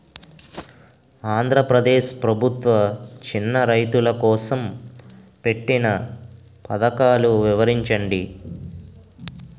ఆంధ్రప్రదేశ్ ప్రభుత్వ చిన్నా రైతుల కోసం పెట్టిన పథకాలు వివరించండి?